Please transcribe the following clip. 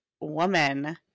woman